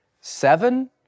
seven